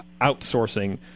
outsourcing